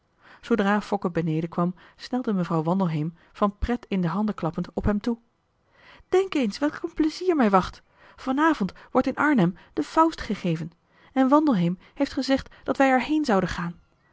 zoodra fokke beneden kwam snelde mevrouw wandelheem van pret in de handen klappend op hem toe denk eens welk een plezier mij wacht van avond wordt in arnhem de faust gegeven en wandelheem heeft gezegd dat wij er heen zouden gaan